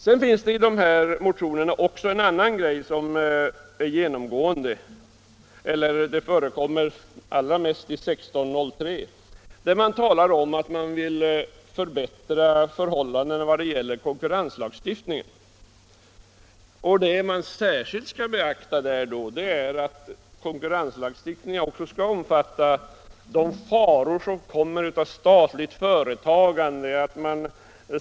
Det finns i dessa motioner en annan grej som är genomgående. Den är allra mest framträdande i motionen 1603, där man talar om att man vill förbättra förhållandena vad gäller konkurrenslagstiftningen. Man vill att företagslagstiftningen också skall omfatta de faror som kommer av statligt företagande.